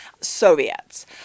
Soviets